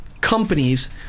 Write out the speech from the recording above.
companies